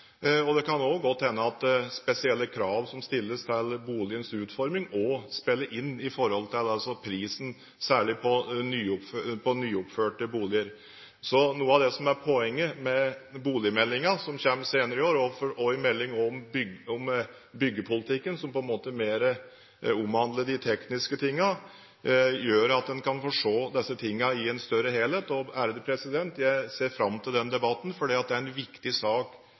det. Det kan også godt hende at spesielle krav som stilles til boligens utforming, også spiller inn i forhold til prisen, særlig på nyoppførte boliger. Noe av det som er poenget med boligmeldingen, som kommer senere i år, og meldingen om byggepolitikken, som mer omhandler de tekniske tingene, er at en kan få se disse tingene i en større helhet. Jeg ser fram til den debatten, fordi det er en viktig sak